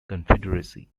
confederacy